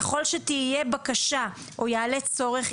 ככל שתהיה בקשה או יעלה צורך,